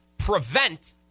prevent